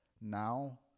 now